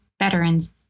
veterans